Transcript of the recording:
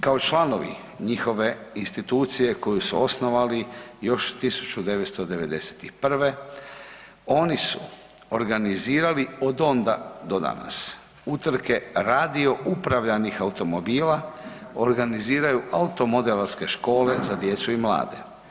Kao članovi njihove institucije koju su osnovali još 1991. oni su organizirali od onda do danas utrke radio upravljanih automobila, organiziraju automodelarske škole za djecu i mlade.